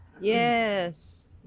Yes